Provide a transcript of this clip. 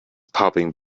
popping